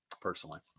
personally